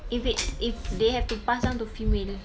if it if they have to pass down to female